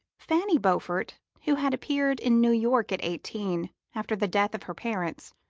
fanny beaufort, who had appeared in new york at eighteen, after the death of her parents,